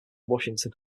washington